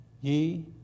ye